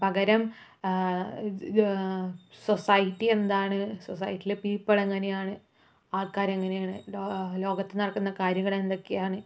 പകരം സൊസൈറ്റി എന്താണ് സൊസൈറ്റിയിലെ പീപ്പിൾ എങ്ങനെയാണ് ആൾക്കാർ എങ്ങനെയാണ് ലോകത്ത് നടക്കുന്ന കാര്യങ്ങൾ എന്തൊക്കെയാണ്